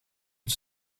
het